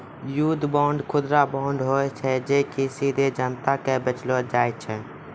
युद्ध बांड, खुदरा बांड होय छै जे कि सीधे जनता के बेचलो जाय छै